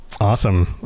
Awesome